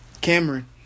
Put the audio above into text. Cameron